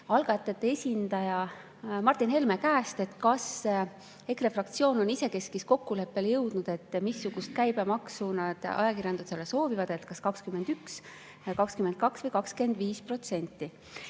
algatajate esindaja Martin Helme käest, kas EKRE fraktsioon on isekeskis kokkuleppele jõudnud, missugust käibemaksu nad ajakirjandusele soovivad, kas 21%, 22% või 25%.